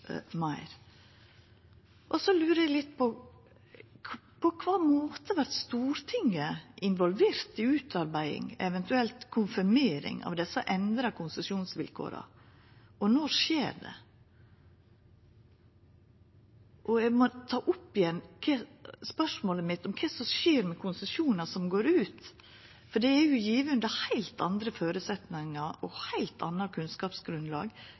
lurer også på på kva måte Stortinget vert involvert i utarbeiding, eventuelt konfirmering, av desse endra konsesjonsvilkåra, og når det skjer. Eg må ta opp igjen spørsmålet mitt om kva som skjer med konsesjonar som går ut, for dei er jo gjevne under heilt andre føresetnader og på eit heilt anna kunnskapsgrunnlag.